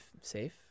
safe